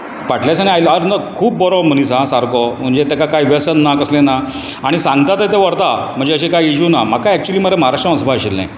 फाटल्या दिसांन आयल्लो खूब बरो मनीस आं सारको म्हणजे तेका कांय व्यसन ना कसलें ना आनी सांगता थंय तो व्हरता म्हणजे अशें काय इशू ना म्हाका एक्चूली मरे महाराष्ट्रान वचपाक जाय आशिल्लें